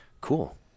cool